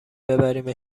ببریمش